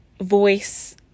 voice